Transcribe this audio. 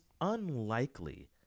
unlikely